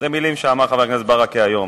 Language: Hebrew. אלה מלים שאמר חבר הכנסת ברכה היום.